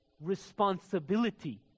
responsibility